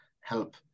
help